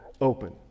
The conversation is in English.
open